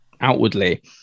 outwardly